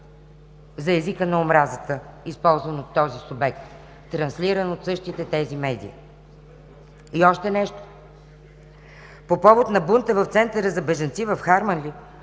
за езика на омразата, използван от този субект, транслиран от същите тези медии. И още нещо. По повод на бунта в Центъра за бежанци в Харманли,